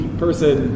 person